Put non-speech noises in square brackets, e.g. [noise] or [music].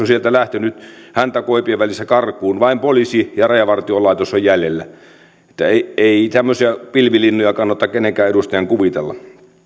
[unintelligible] sieltä lähtenyt häntä koipien välissä karkuun vain poliisi ja rajavartiolaitos ovat jäljellä ei tämmöisiä pilvilinnoja kannata kenenkään edustajan kuvitella